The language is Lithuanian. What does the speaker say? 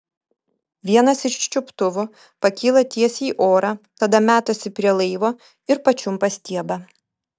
vienas iš čiuptuvų pakyla tiesiai į orą tada metasi prie laivo ir pačiumpa stiebą